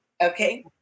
Okay